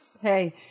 hey